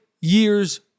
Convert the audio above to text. years